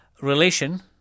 relation